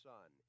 Son